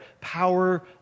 power